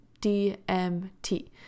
DMT